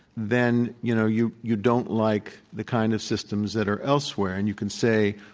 then, you know, you you don't like the kind of systems that are elsewhere. and you can say,